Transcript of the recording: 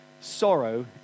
sorrow